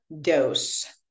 dose